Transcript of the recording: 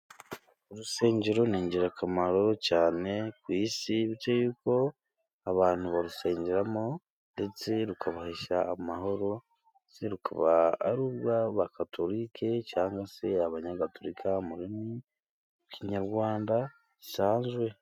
Urusengero ni ingirakamaro cyane ku isi kuko abantu barusengeramo ndetse rukabahesha amahoro, rukaba ari urw'abakatorike cyangwa se abanyayagatorika murimi rw'ikinyarwanda gisanzwe.